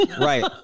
Right